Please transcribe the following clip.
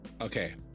Okay